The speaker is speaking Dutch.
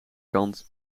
kant